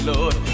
Lord